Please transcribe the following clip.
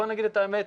בוא נגיד את האמת.